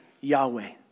Yahweh